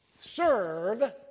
serve